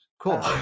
cool